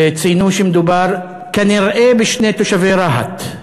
ציינו שמדובר כנראה בשני תושבי רהט.